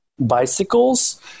bicycles